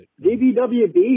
DBWB